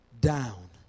down